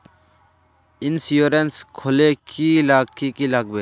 Insurance खोले की की लगाबे?